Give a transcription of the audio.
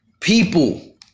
people